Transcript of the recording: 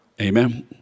Amen